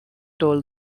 told